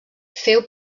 féu